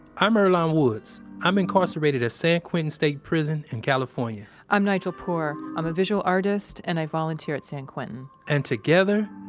i'm earlonne woods. i'm incarcerated at san quentin state prison in california i'm nigel poor. i'm a visual artist, and i volunteer at san quentin and, together,